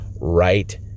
right